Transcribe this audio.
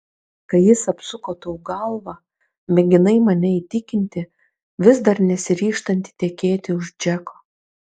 kai jis apsuko tau galvą mėginai mane įtikinti vis dar nesiryžtanti tekėti už džeko